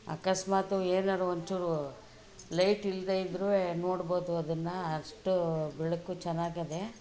ಅಕಸ್ಮಾತು ಏನಾದ್ರು ಒಂಚೂರು ಲೈಟ್ ಇಲ್ಲದೇ ಇದ್ರೂನು ನೋಡ್ಬೋದು ಅದನ್ನು ಅಷ್ಟೂ ಬೆಳಕು ಚೆನ್ನಾಗಿದೆ